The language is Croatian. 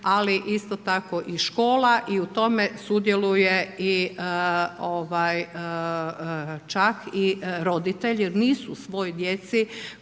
ali isto tako i škola i u tome sudjeluje i čak i roditelj. Jer nisu svoj toj djeci koja